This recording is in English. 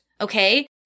okay